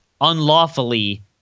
unlawfully-